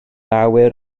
awyr